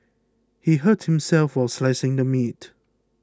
he hurt himself while slicing the meat